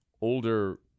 older